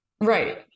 right